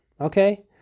Okay